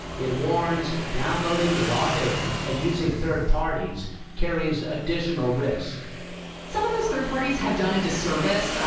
it warns downloading the raw data and using third parties carries additional risk some of those third parties have done a disservice,